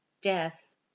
Death